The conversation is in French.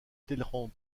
talleyrand